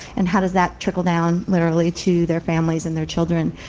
and how does that trickle down, literally, to their families and their children?